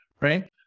right